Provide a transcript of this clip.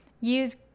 use